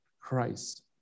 Christ